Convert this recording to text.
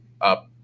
up